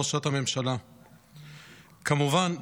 ראשת הממשלה; כמובן,